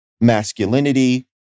masculinity